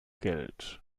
geld